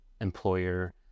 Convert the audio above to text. employer